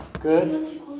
Good